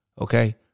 Okay